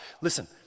Listen